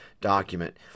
document